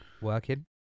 Working